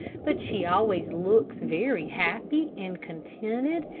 but she always looks very happy and contented,